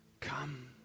Come